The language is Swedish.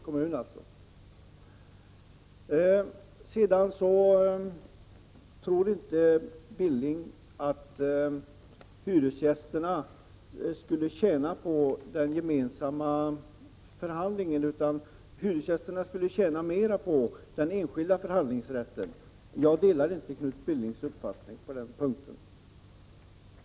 Knut Billing tror inte att hyresgästerna skulle tjäna på den gemensamma förhandlingen. Han tror att de skulle tjäna mera på den enskilda förhandlingsrätten. Jag delar inte Knut Billings uppfattning på den punkten.